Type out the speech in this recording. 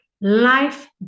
Life